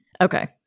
Okay